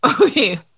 Okay